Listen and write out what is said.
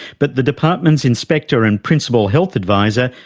but the department's inspector and principal health adviser,